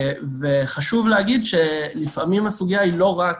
וחשוב להגיד שלפעמים הסוגיה היא לא רק